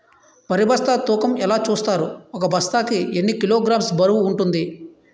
వరి బస్తా తూకం ఎలా చూస్తారు? ఒక బస్తా కి ఎన్ని కిలోగ్రామ్స్ బరువు వుంటుంది?